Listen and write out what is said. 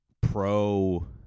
pro-